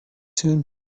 soon